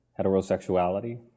heterosexuality